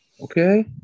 Okay